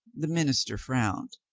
the minister frowned.